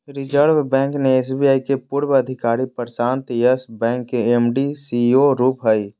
reserve Bank ने SBI के पूर्व अधिकारी प्रशांत यस बैंक के एम.डी, सी.ई.ओ रूप हइ